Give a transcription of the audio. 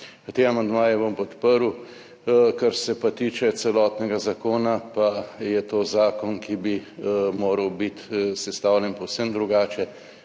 Te amandmaje bom podprl. Kar se pa tiče celotnega zakona, pa je to zakon, ki bi moral biti sestavljen povsem drugače,